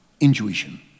Intuition